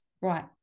right